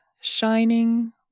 shining